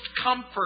comfort